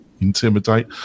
intimidate